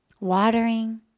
watering